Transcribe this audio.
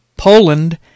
Poland